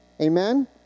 Amen